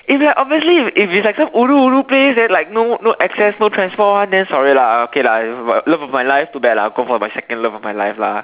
if like obviously if if it's like some ulu ulu place then like no no access no transport one then sorry lah okay lah love of my life too bad lah go for my second love of my life lah